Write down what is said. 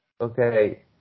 Okay